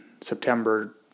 September